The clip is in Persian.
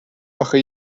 آخه